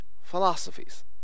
philosophies